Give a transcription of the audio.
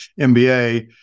MBA